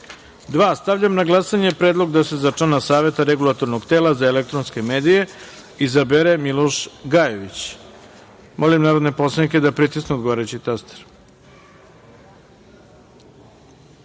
2. – Stavljam na glasanje Predlog da se za člana Saveta Regulatornog tela za elektronske medije izabere Snežana Miljković. Molim narodne poslanike da pritisnu odgovarajući